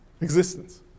existence